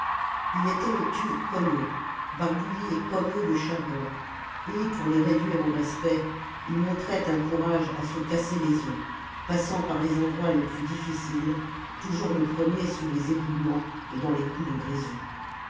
il était vêtu comme eux barbouillé comme eux de charbon et pour les réduire au respect il montrait un courage à se casser les os passant par les endroits les plus difficiles toujours le premier sous les éboulements et dans les coups de grisou